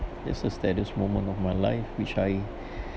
that's the saddest moment of my life which I